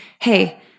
hey